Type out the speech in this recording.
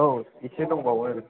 औ इसे दंबावो आरोखि